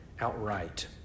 Outright